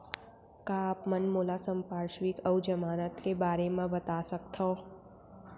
का आप मन मोला संपार्श्र्विक अऊ जमानत के बारे म बता सकथव?